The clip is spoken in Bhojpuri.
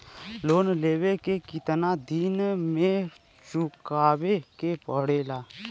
लोन लेवे के कितना दिन मे चुकावे के पड़ेला?